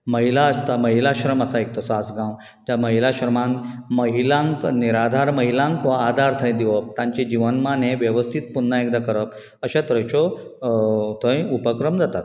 महिला आसता महिलाश्रम आसा तसो एक आसगांव त्या महिलाश्रमान महिलांक निराधार महिलांक हो आधार थंय दिवप तांचे जिवनमान हे वेवस्थीत पुन्हा एकदा करप अश्यो तरेच्यो थंय उपक्रम जातात